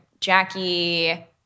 Jackie